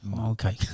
Okay